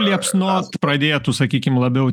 liepsnot pradėtų sakykim labiau